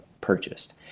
purchased